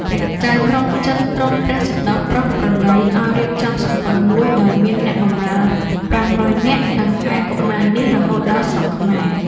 ព្រះចៅក្រុងចិនទ្រង់ព្រះសណ្តោសប្រោសប្រណីឱ្យរៀបចំសំពៅមួយ ដោយមានអ្នកបម្រើប្រាំរយនាក់ដង្ហែកុមារនេះរហូតដល់ស្រុកខ្មែរ។